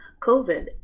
covid